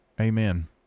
Amen